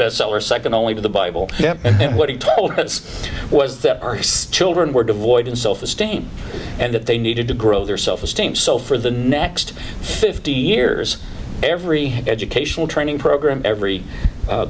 best seller second only to the bible and what he told pitts was that children were devoid and self esteem and that they needed to grow their self esteem so for the next fifty years every educational training program every